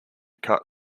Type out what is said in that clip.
cut